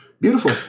Beautiful